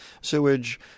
sewage